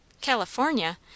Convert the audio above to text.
California